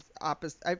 opposite